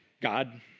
God